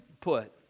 put